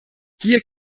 hier